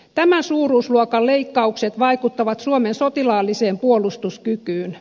tämän suuruusluokan leikkaukset vaikuttavat suomen sotilaalliseen puolustuskykyyn